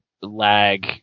lag